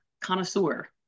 connoisseur